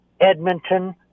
Edmonton